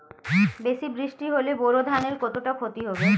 বেশি বৃষ্টি হলে বোরো ধানের কতটা খতি হবে?